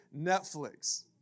Netflix